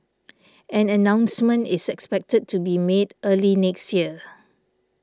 an announcement is expected to be made early next year